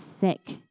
sick